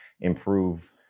improve